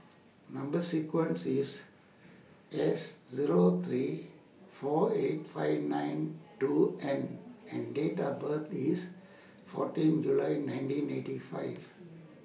Number sequence IS S Zero three four eight five nine two N and Date The birth IS fourteen July nineteen eighty five